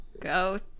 go